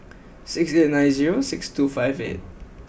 six eight nine zero six two five eight